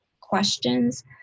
questions